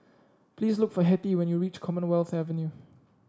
please look for Hettie when you reach Commonwealth Avenue